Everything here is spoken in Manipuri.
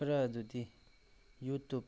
ꯈꯔ ꯑꯗꯨꯗꯤ ꯌꯨꯇꯨꯞ